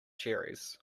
cherries